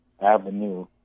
avenue